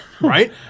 Right